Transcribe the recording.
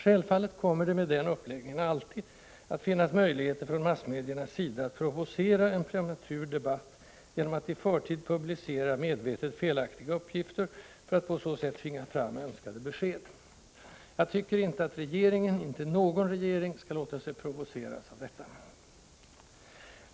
Självfallet kommer det med den uppläggningen alltid att finnas möjligheter från massmediernas sida att provocera en prematur debatt genom att i förtid publicera medvetet felaktiga uppgifter för att på så sätt tvinga fram önskade besked. Jag tycker inte att regeringen — inte någon regering — skall låta sig provoceras av detta.